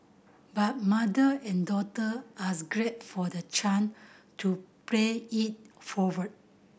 but mother and daughter as grate for the to pay it forward